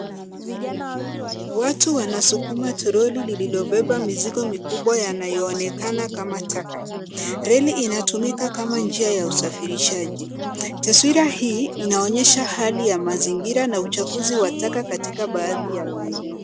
Watu wanasukuma toroli lililobeba mizigo mikubwa yanayoonekana kama taka. Reli inatumika kama njia ya usafirishaji. Taswira hii inaonyesha hali ya mazingira na uchafuzi wa taka katika baadhi ya maeneo.